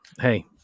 hey